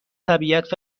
طبیعت